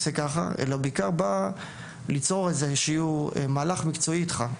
שבעיקר בא ליצור איזה שהוא מהלך מקצועי איתך.